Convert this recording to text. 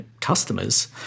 customers